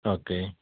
okay